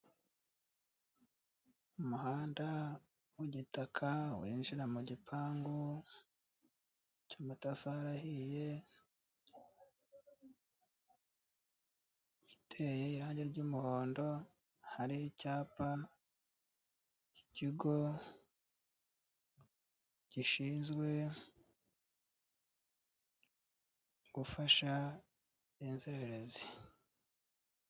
Umuhanda w'igitaka winjira mu gipangu cy'amatafari ahiye, iteye irangi ry'umuhondo hari icyapa cyikigo gishinzwe gufasha inzererezi.